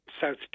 south